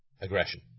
aggression